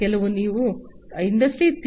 ಕೆಲವು ನೀವು ಇಂಡಸ್ಟ್ರಿ 3